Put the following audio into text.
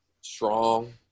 strong